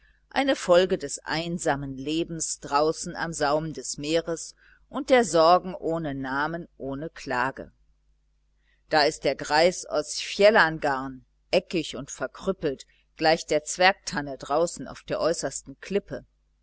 eine folge des einsamen lebens draußen am saum des meeres und der sorgen ohne namen ohne klage da ist der greis aus fjellangarn eckig und verkrüppelt gleich der zwergtanne draußen auf der äußersten klippe